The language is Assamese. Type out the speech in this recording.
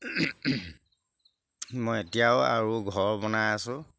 মই এতিয়াও আৰু ঘৰ বনাই আছোঁ